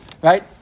Right